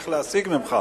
איך להשיג ממך.